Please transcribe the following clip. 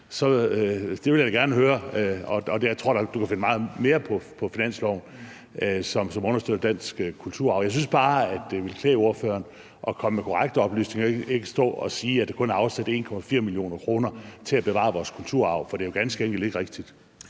på. Og jeg tror, at ordføreren kan finde meget mere på finansloven, som understøtter dansk kulturarv. Jeg synes bare, at det ville klæde ordføreren at komme med korrekte oplysninger og ikke stå og sige, at der kun er afsat 1,4 mio. kr. til at bevare vores kulturarv – for det er ganske enkelt ikke rigtigt.